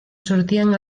sortien